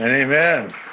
amen